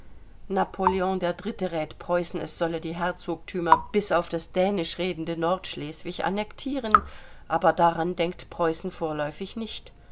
napoleon iii rät preußen es solle die herzogtümer bis auf das dänisch redende nordschleswig annektieren aber daran denkt preußen vorläufig nicht